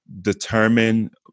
determine